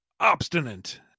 obstinate